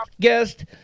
guest